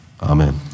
Amen